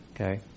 okay